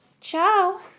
Ciao